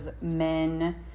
men